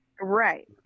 right